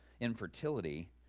infertility